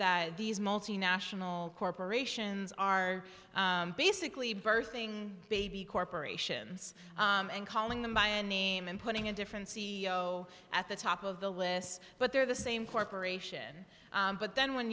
that these multinational corporations are basically birthing baby corporations and calling them by name and putting in different c e o at the top of the list but they're the same corporation but then when